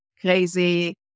crazy